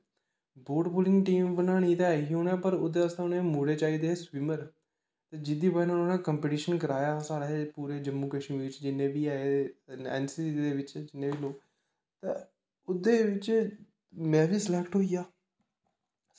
boat pulling team बनानी ते ऐही ही उ'नें पर ओह्दे आस्तै उनें मुड़े चाहिदे हे स्विमर जेह्दी बज़ह् नै उ'नें कंपिटिशन कराया साढ़े पूरे जम्मू कश्मीर च जिन्ने बी ऐ हे ऐन सी सी दे बिच्च ते ओह्दे बिच्च में बी स्लैक्ट होई गेआ